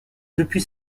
depuis